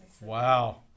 Wow